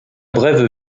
brève